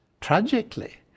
tragically